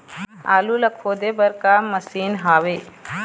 आलू ला खोदे बर का मशीन हावे?